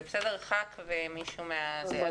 ידבר חבר כנסת ואחריו מישהו מהאורחים.